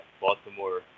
Baltimore